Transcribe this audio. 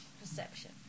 perception